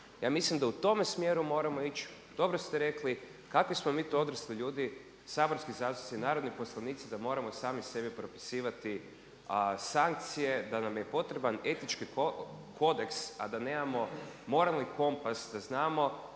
Ja mislim da u tome smjeru moramo ići, dobro ste rekli. Kakvi smo mi to odrasli ljudi saborski zastupnici, narodni poslanici da moramo sami sebi propisivati sankcije, da nam je potreban Etički kodeks, a da nemamo moralni kompas da znamo